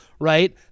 right